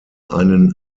einen